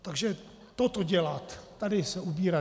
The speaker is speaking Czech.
Takže toto dělat, tudy se ubírat.